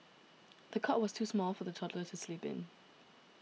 the cot was too small for the toddler to sleep in